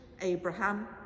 Abraham